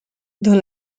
dans